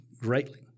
greatly